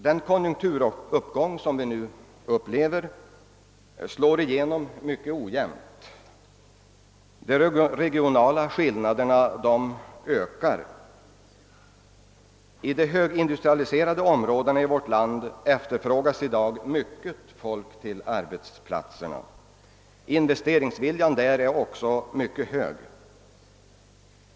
Den konjunkturuppgång som vi nu upplever slår igenom mycket ojämnt. De regionala skillnaderna ökar. I de högindustrialiserade områdena i vårt land efterfrågas i dag mycket folk till arbetsplatserna. Investeringsviljan där är också mycket stor.